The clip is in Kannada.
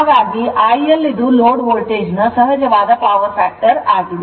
ಹಾಗಾಗಿ IL ಇದು load voltage ನ ಸಹಜವಾದ ಪವರ್ ಫ್ಯಾಕ್ಟರ್ ಆಗಿದೆ